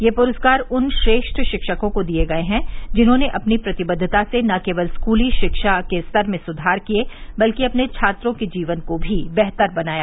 ये पुरस्कार उन श्रेष्ठ शिक्षकों को दिये गये हैं जिन्होंने अपनी प्रतिबद्दता से न केवल स्कूली शिक्षा के स्तर में सुधार किये बल्कि अपने छात्रों के जीवन को भी बेहतर बनाया